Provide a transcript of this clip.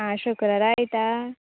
आं शुक्रारा येता